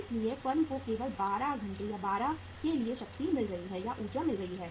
इसलिए फर्म को केवल 12 के लिए शक्ति मिल रही है